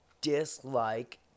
dislike